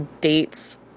dates